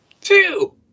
Two